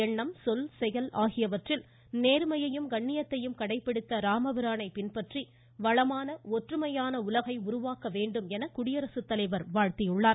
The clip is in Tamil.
எண்ணம் சொல் சொல் செயல் ஆகியவற்றில் நேர்மையையும் கண்ணியத்தையும் கடைபிடித்த ராமபிரானை பின்பற்றி வளமான ஒற்றுமையான உலகை உருவாக்க வேண்டும் என குடியரசுத்தலைவர் வாழ்த்தியுள்ளார்